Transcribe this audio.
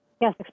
Yes